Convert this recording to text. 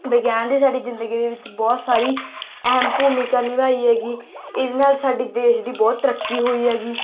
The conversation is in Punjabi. ਵਿਗਿਆਨ ਦੀ ਸਾਡੀ ਜ਼ਿੰਦਗੀ ਦੇ ਵਿੱਚ ਬਹੁਤ ਸਾਰੀ ਅਹਿਮ ਭੂਮਿਕਾ ਨਿਭਾਈ ਐਗੀ ਇਹਦੇ ਨਾਲ ਸਾਡੀ ਦੇਸ਼ ਦੀ ਬਹੁਤ ਤਰੱਕੀ ਹੋਈ ਐਗੀ